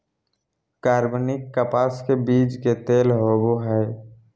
कार्बनिक कपास के बीज के तेल होबो हइ